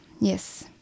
yes